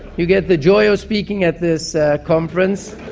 you get the joy of speaking at this conference,